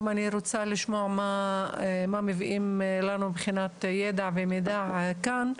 גם אני רוצה לשמוע מה מביאים לנו מבחינת ידע ומידע כאן,